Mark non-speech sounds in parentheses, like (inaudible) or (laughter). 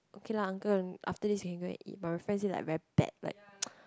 okay lah uncle after this you can go and eat but my friend said like very bad like (noise)